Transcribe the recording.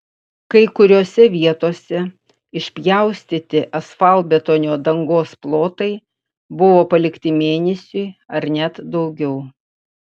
kai kuriose vietose išpjaustyti asfaltbetonio dangos plotai buvo palikti mėnesiui ar net daugiau